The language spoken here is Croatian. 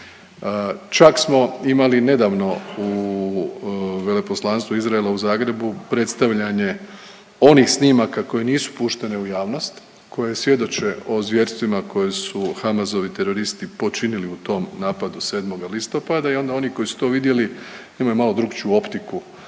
Čak smo imali nedavno u veleposlanstvu Izraela u Zagrebu predstavljanje onih snimaka koje nisu puštene u javnost, koje svjedoče o zvjerstvima koje su hamazovi teroristi počinili u tom napadu 7. listopada i onda oni koji su to vidjeli imaju malo drugačiju optiku na